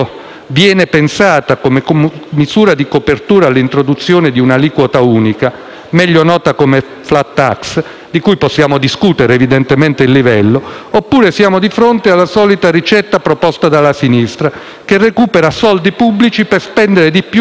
viene pensato come misura di copertura all'introduzione di un'aliquota unica, meglio nota come *flat tax*, di cui possiamo evidentemente discutere il livello, oppure siamo di fronte alla solita ricetta proposta dalla sinistra, che recupera soldi pubblici per spendere di più e non per